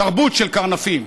תרבות של קרנפים.